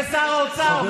זה שר האוצר.